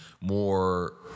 more